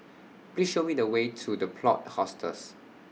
Please Show Me The Way to The Plot Hostels